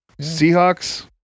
Seahawks